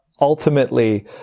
ultimately